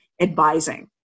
advising